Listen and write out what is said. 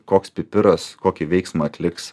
koks pipiras kokį veiksmą atliks